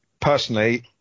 personally